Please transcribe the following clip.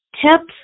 Tips